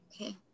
okay